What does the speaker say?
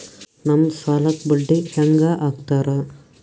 ನಮ್ ಸಾಲಕ್ ಬಡ್ಡಿ ಹ್ಯಾಂಗ ಹಾಕ್ತಾರ?